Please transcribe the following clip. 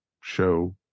show